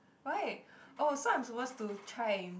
why oh so I'm supposed to try and